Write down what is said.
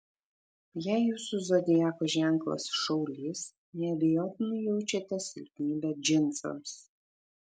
jei jūsų zodiako ženklas šaulys neabejotinai jaučiate silpnybę džinsams